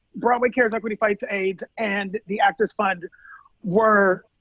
broadway cares equity fights aids and the actors fund were